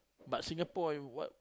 but Singapore uh what